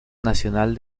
nacional